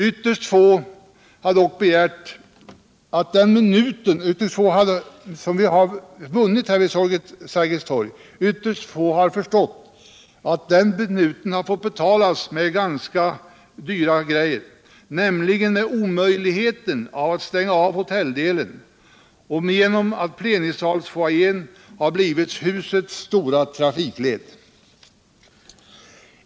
Ytterst få har dock förstått att den minut vi har vunnit här vid Sergels torg har fått betalas ganska dyrt, nämligen med omöjligheten att stänga av hotelidelen och med att plenisalsfoajén har blivit husets stora trafikled.